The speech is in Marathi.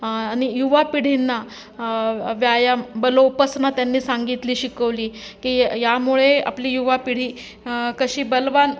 आणि युवा पिढींना व्यायाम बलोपासना त्यांनी सांगितली शिकवली की यामुळे आपली युवा पिढी कशी बलवान